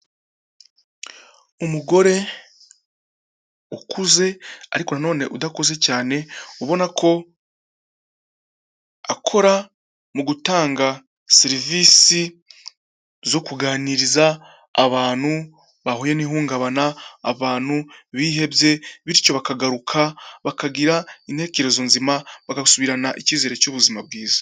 Umugore ukuze ariko na none udakuze cyane, ubona ko akora mu gutanga serivisi zo kuganiriza abantu bahuye n'ihungabana, abantu bihebye, bityo bakagaruka bakagira intekerezo nzima bagasubirana icyizere cy'ubuzima bwiza.